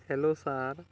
hello sir